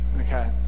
Okay